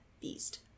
beast